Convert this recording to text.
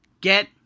Get